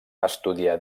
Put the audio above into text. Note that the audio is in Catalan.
estudià